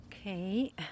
Okay